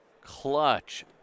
clutch